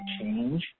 change